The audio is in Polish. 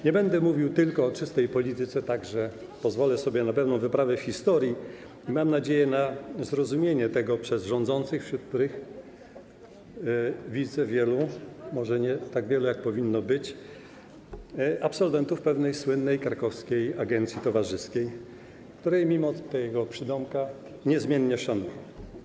Nie będę mówił tylko o czystej polityce, pozwolę sobie także na pewną wyprawę w historię i mam nadzieję na zrozumienie tego przez rządzących, wśród których widzę wielu, może nie tak wielu, jak powinno być, absolwentów pewnej słynnej krakowskiej agencji towarzyskiej, którą mimo tego przydomka niezmiennie szanuję.